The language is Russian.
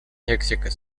мексика